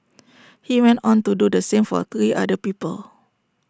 he went on to do the same for three other people